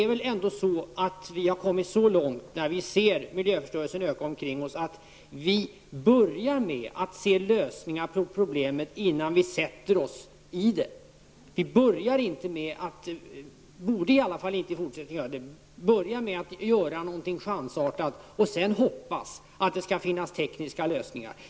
När vi nu ser att miljöförstörelsen ökar omkring oss, har vi väl kommit så långt att vi börjar med att försöka finna lösningar på problemen innan vi sitter där. Vi borde inte börja med att göra någonting chansartat och sedan hoppas att det skall finnas tekniska lösningar.